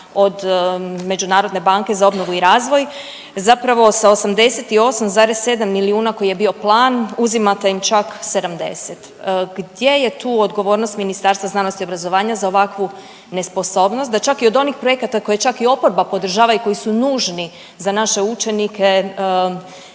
od Međunarodne banke za obnovu i razvoj zapravo sa 88,7 milijuna koji je bio plan uzimate im čak 70. Gdje je tu odgovornost Ministarstva znanosti i obrazovanja za ovakvu nesposobnost da čak i od onih projekata koje čak i oporba podržava i koji su nužni za naše učenike,